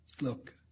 look